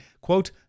quote